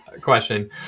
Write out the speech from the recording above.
question